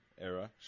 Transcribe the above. era